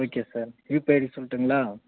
okay sir UPI ID சொல்லட்டுங்களா